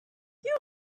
you